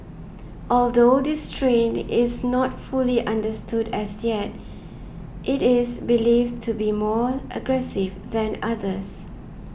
although this strain is not fully understood as yet it is believed to be more aggressive than others